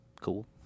cool